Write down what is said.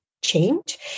change